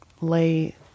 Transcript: lay